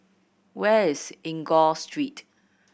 where is Enggor Street